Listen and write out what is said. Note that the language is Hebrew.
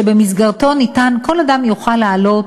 שבמסגרתו כל אדם יוכל לעלות,